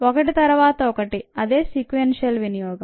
ఒకటి తర్వాత ఒకటి అదే సీక్వెన్షియల్ వినియోగం